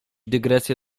dygresję